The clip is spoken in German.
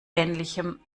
ähnlichem